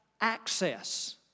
access